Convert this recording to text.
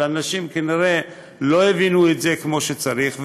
אבל אנשים כנראה לא הבינו את זה כמו שצריך,